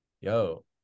yo